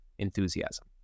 enthusiasm